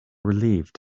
relieved